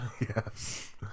yes